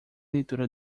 leitura